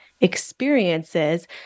experiences